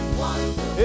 wonderful